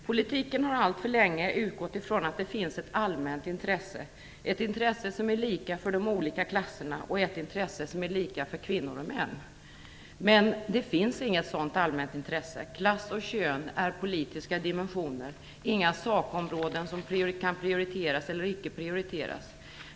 Politiken har alltför länge utgått ifrån att det finns ett allmänt intresse, ett intresse som är lika för de olika klasserna och ett intresse som är lika för kvinnor och män. Men det finns inget sådant allmänt intresse - klass och kön är politiska dimensioner - inga sakområden som kan prioriteras eller icke prioriteras.